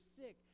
sick